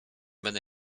będę